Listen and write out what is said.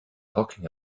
talking